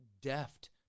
deft